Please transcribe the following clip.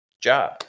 job